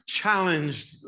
challenged